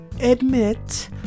admit